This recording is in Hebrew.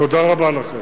תודה רבה לכם.